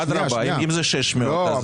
אם זה 600. לא,